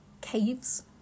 caves